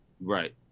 right